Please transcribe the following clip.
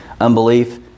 unbelief